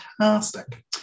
fantastic